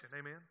amen